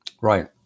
Right